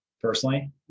personally